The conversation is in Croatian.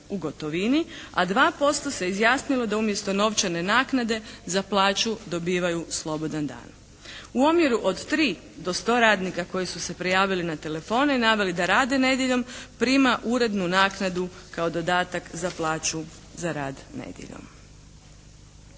u gotovini a 2% se izjasnilo da umjesto novčane naknade za plaću dobivaju slobodan dan. U omjeru od 3 do 100 radnika koji su se prijavili na telefone i naveli da rade nedjeljom prima urednu naknadu kao dodatak za plaću za rad nedjeljom.